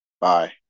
Bye